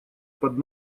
под